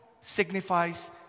signifies